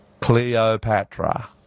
Cleopatra